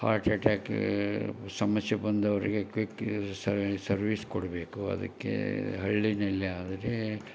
heart attack ಸಮಸ್ಯೆ ಬಂದವ್ರಿಗೆ quick service ಕೊಡಬೇಕು ಅದಕ್ಕೆ ಹಳ್ಳಿನಲ್ಲಿ ಆದರೆ